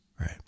right